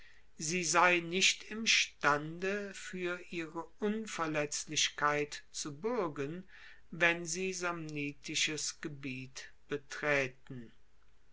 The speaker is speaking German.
sie sei nicht imstande fuer ihre unverletzlichkeit zu buergen wenn sie samnitisches gebiet betraeten